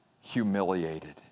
humiliated